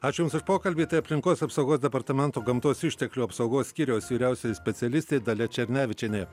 ačiū jums už pokalbį tai aplinkos apsaugos departamento gamtos išteklių apsaugos skyriaus vyriausioji specialistė dalia černevičienė